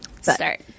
Start